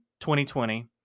2020